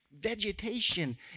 vegetation